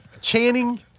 Channing